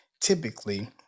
Typically